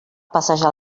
passejar